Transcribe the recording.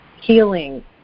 healing